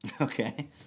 Okay